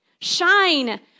shine